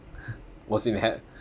was in hea~